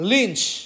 Lynch